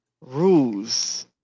Rules